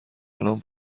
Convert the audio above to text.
الان